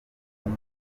nabi